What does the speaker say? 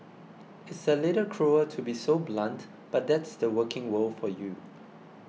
it's a little cruel to be so blunt but that's the working world for you